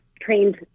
trained